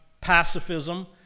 pacifism